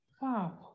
Wow